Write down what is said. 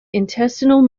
intestinal